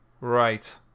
Right